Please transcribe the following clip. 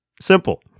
simple